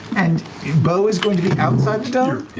and beau is going to be outside the dome?